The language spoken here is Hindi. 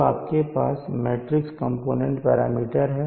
तो आपके पास मैट्रिक्स कंपोनेंट पैरामीटर हैं